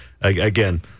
again